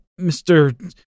Mr